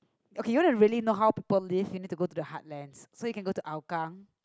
okay you want to really know how people live you need to go to the heartlands so you can go to Hougang